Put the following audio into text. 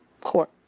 court